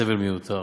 סבל מיותר.